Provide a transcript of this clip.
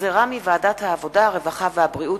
שהחזירה ועדת העבודה, הרווחה והבריאות.